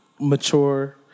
mature